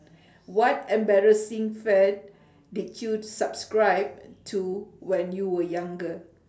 what embarrassing fad did you subscribe to when you were younger